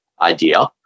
idea